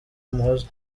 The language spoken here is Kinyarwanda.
umuhoza